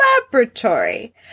Laboratory